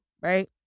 right